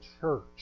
church